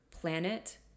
planet